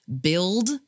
build